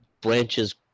branches